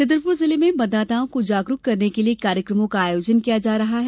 छतरपुर जिले में मतदाताओं को जागरूक करने के लिये कार्यक्रमों का आयोजन किया जा रहा है